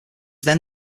then